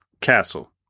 castle